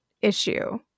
issue